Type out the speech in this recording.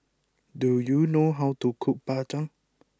do you know how to cook Bak Chang